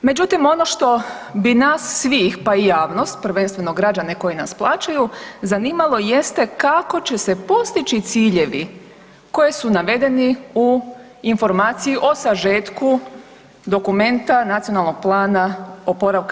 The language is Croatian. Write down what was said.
Međutim, ono što bi nas svih, pa i javnost, prvenstveno građane koji nas plaćaju, zanimalo jeste kako će se postići ciljevi koji su navedeni u Informaciji o sažetku dokumenta NPOO?